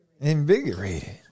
invigorated